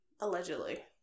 Allegedly